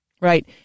Right